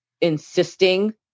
insisting